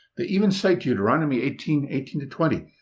they even cite deuteronomy eighteen eighteen twenty,